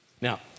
Now